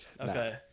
Okay